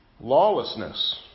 Lawlessness